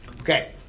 Okay